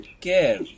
care